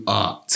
art